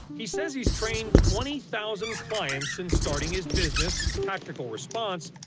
he says he has trained twenty thousand clients since starting his business, tactical response,